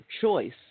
choice